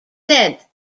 said